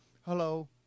Hello